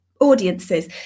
audiences